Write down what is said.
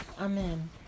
Amen